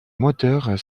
moteur